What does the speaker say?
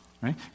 right